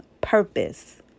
purpose